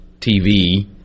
TV